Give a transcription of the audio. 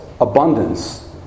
abundance